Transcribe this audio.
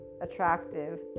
attractive